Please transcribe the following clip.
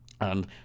And